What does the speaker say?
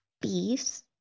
peace